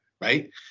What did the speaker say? right